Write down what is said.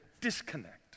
disconnect